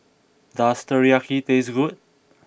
does Teriyaki taste good